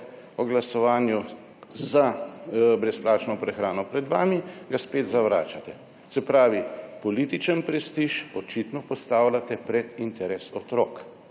o glasovanju za brezplačno prehrano, ga spet zavračate. Se pravi, političen prestiž očitno postavljate pred interes otrok.